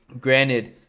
granted